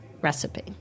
recipe